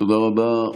תודה רבה.